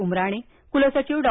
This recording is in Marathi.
उमराणी कुलसंघिव डॉ